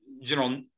general